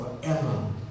forever